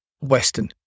Western